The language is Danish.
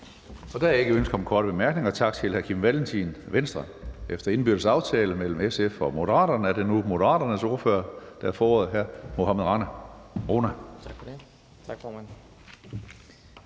Der er ikke ønske om korte bemærkninger. Tak til hr. Kim Valentin, Venstre. Efter indbyrdes aftale mellem SF og Moderaterne er det nu Moderaternes ordfører, der får ordet. Hr. Mohammad Rona.